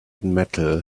metal